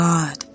God